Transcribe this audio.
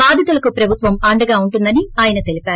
బాధితులకు ప్రభుత్వం అండగా ఉంటుందని ఆయన తెలిపారు